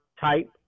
type